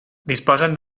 disposen